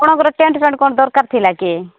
ଆପଣଙ୍କର ଟେଣ୍ଟ ଫେଣ୍ଟ କଣ ଦରକାର ଥିଲା କି